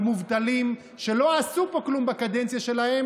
על מובטלים שלא עשו פה כלום בקדנציה שלהם